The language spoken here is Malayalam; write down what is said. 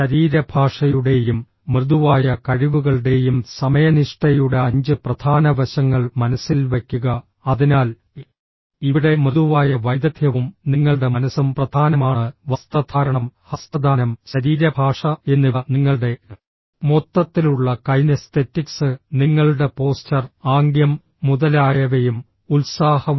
ശരീരഭാഷയുടെയും മൃദുവായ കഴിവുകളുടെയും സമയനിഷ്ഠയുടെ അഞ്ച് പ്രധാന വശങ്ങൾ മനസ്സിൽ വയ്ക്കുക അതിനാൽ ഇവിടെ മൃദുവായ വൈദഗ്ധ്യവും നിങ്ങളുടെ മനസ്സും പ്രധാനമാണ് വസ്ത്രധാരണം ഹസ്തദാനം ശരീരഭാഷ എന്നിവ നിങ്ങളുടെ മൊത്തത്തിലുള്ള കൈനെസ്തെറ്റിക്സ് നിങ്ങളുടെ പോസ്ചർ ആംഗ്യം മുതലായവയും ഉത്സാഹവും